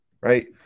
right